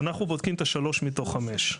אנחנו בודקים את שלוש השנים מתוך החמש.